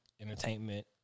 entertainment